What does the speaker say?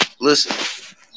Listen